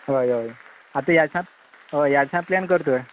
हय हय आतां ह्या दिसां हय ह्या दिसा प्लॅन कर तर